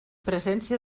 presència